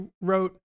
wrote